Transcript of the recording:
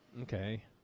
Okay